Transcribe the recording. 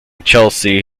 chelsea